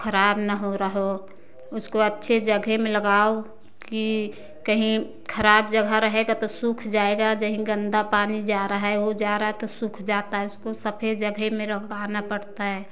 ख़राब ना हो रहा हो उसको अच्छे जगह में लगाओ कि कहीं ख़राब जगह रहेगा तो सूख जाएगा जहीं गंदा पानी जा रहा है ओ जा रहा है तो सूख जाता है उसको सफ़े जगह में रखाना पड़ता है